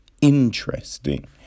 interesting